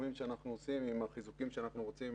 בתחומים שאנחנו עושים עם החיזוקים שאנחנו רוצים